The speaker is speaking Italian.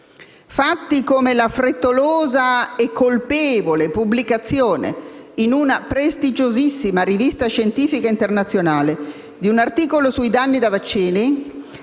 Fatti come la frettolosa e colpevole pubblicazione, in una prestigiosissima rivista scientifica internazionale, di un articolo sui danni da vaccini